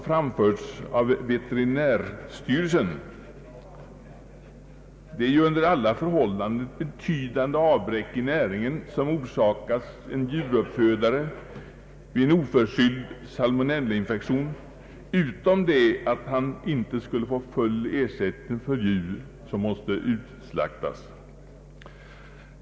Det är ju under alla förhållanden ett betydande avbräck i näringen som orsakas en djuruppfödare vid en oförskylld salmonellainfektion, förutom det att han inte skulle få full ersättning för djur som måste utslaktas.